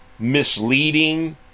misleading